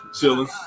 chilling